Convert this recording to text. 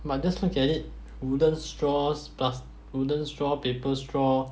but just don't get it wouldn't straws plus wooden straw paper straw